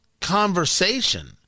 conversation